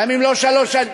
גם אם לא שלוש שנים.